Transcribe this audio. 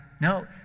No